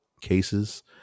cases